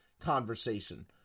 conversation